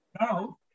Now